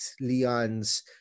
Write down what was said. Leon's